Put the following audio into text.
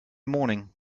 morning